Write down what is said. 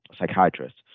psychiatrist